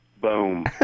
Boom